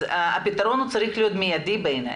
אז הפתרון צריך להיות מידי בעיני.